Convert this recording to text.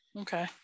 Okay